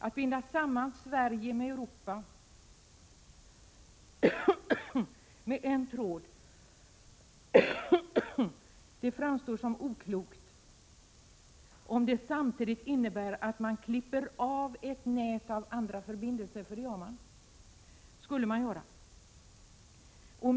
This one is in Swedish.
Att binda samman Sverige med övriga Europa med en tråd, framstår som oklokt om det samtidigt innebär att man klipper av ett nät av andra förbindelser — för det skulle man göra.